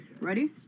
ready